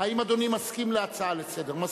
האם אדוני מסכים להצעה לסדר-היום?